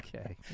Okay